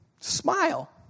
Smile